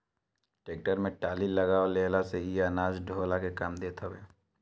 tractor में trolley लगवा लेहला से इ अनाज ढोअला के काम देत हवे